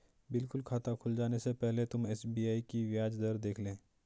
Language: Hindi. बिल्कुल खाता खुल जाने से पहले तुम एस.बी.आई की ब्याज दर देख लेना